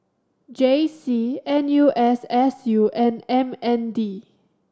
J C N U S S U and M N D